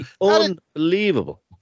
Unbelievable